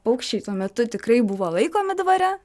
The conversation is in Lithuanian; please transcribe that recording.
paukščiai tuo metu tikrai buvo laikomi dvare